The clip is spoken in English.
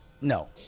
No